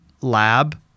lab